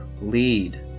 lead